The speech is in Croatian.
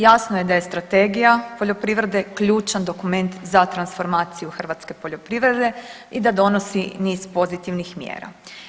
Jasno je da je Strategija poljoprivrede ključan dokument za transformaciju hrvatske poljoprivrede i da donosi niz pozitivnih mjera.